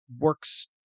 works